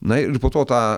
na ir po to tą